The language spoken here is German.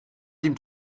dem